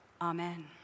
Amen